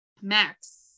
Max